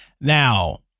Now